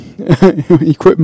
Equipment